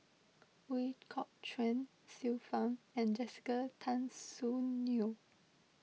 Ooi Kok Chuen Xiu Fang and Jessica Tan Soon Neo